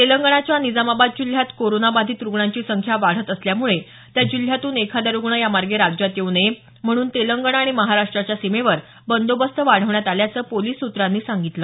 तेलंगणाच्या निजामाबाद जिल्ह्यात कोरोना बाधित रूग्णांची संख्या वाढत असल्यामुळे त्या जिल्ह्यातून एखादा रूग्ण यामार्गे राज्यात येऊ नये म्हणून तेलंगणा आणि महाराष्ट्राच्या सीमेवर बंदोबस्त वाढवण्यात आला आहे असं पोलिस सूत्रानं सांगितलं